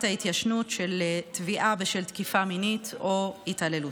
ההתיישנות של תביעה בשל תקיפה מינית או התעללות.